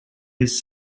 his